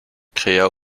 créa